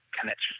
connection